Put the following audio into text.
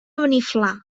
beniflà